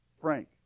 Frank